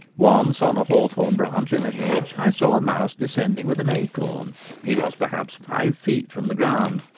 once on a hawthorn branch in a hedge i saw a mouse descending with an acorn he was, perhaps, five feet from the ground,